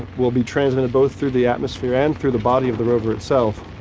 will be transmitted both through the atmosphere and through the body of the rover itself.